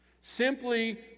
simply